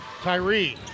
Tyree